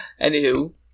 anywho